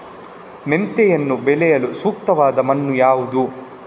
ಮೆಂತೆಯನ್ನು ಬೆಳೆಯಲು ಸೂಕ್ತವಾದ ಮಣ್ಣು ಯಾವುದು?